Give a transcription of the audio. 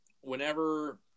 whenever